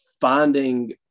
finding